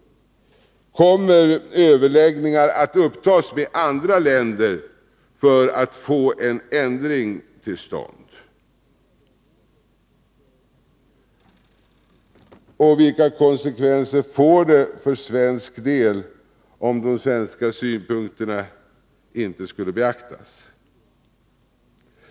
Kommer överläggningar att upptas med andra länder för att få en ändring till stånd? Vilka konsekvenser får det för svensk del om de svenska synpunkterna inte skulle beaktas?